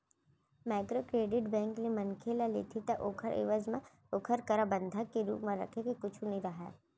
micro credit bank ले मनखे ह लेथे ता ओखर एवज म ओखर करा बंधक के रुप म रखे के कुछु नइ राहय